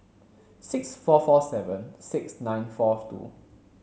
six four four seven six nine four two